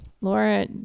Laura